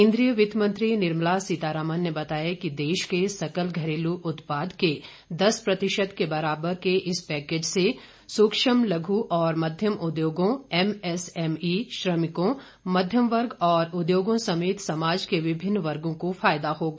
केन्द्रीय वित्त मंत्री निर्मला सीतारामन ने बताया कि देश के सकल घरेलू उत्पाद के दस प्रतिशत के बराबर के इस पैकेज से सूक्ष्म लघु और मध्यम उद्यमों एमएसएमई श्रमिकों मध्यमम वर्ग और उद्योगों समेत समाज के विभिन्न वर्गों को फायदा होगा